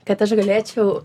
kad aš galėčiau